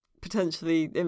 potentially